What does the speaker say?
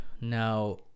now